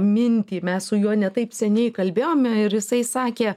mintį mes su juo ne taip seniai kalbėjome ir jisai sakė